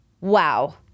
Wow